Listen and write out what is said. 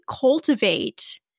cultivate